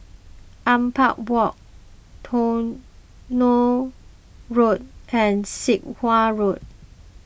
Ampang Walk Tronoh Road and Sit Wah Road